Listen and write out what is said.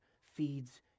feeds